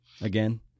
again